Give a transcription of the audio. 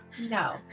No